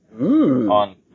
on